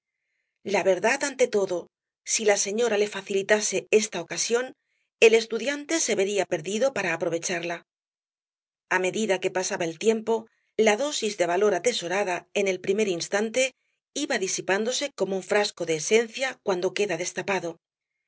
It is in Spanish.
la verdad ante todo si la señora le facilitase esta ocasión el estudiante se vería perdido para aprovecharla a medida que pasaba tiempo la dosis de valor atesorada en el primer instante iba disipándose como un frasco de esencia cuando queda destapado